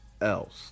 else